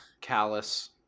callous